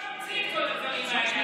מאיפה אתה ממציא את כל הדברים האלה,